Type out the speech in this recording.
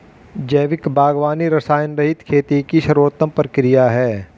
जैविक बागवानी रसायनरहित खेती की सर्वोत्तम प्रक्रिया है